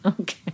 Okay